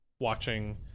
watching